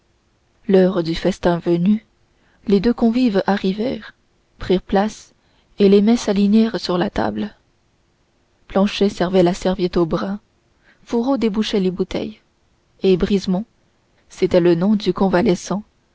l'heure du festin venue les deux convives arrivèrent prirent place et les mets s'alignèrent sur la table planchet servait la serviette au bras fourreau débouchait les bouteilles et brisemont c'était le nom du convalescent